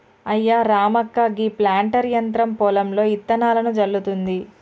అయ్యా రామక్క గీ ప్లాంటర్ యంత్రం పొలంలో ఇత్తనాలను జల్లుతుంది